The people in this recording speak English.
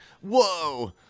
Whoa